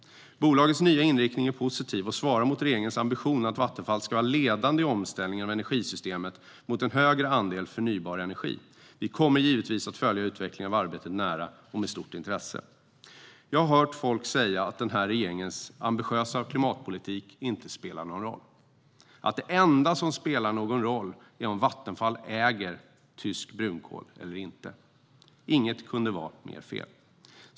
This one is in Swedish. Bolagets nya inriktning är positiv och svarar mot regeringens ambition att Vattenfall ska vara ledande i omställningen av energisystemet mot en högre andel förnybar energi. Vi kommer givetvis att följa utvecklingen av arbetet nära och med stort intresse. Jag har hört människor säga att regeringens ambitiösa klimatpolitik inte spelar någon roll och att det enda som spelar någon roll är om Vattenfall äger tysk brunkol eller inte. Inget kunde vara mer fel.